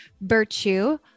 Virtue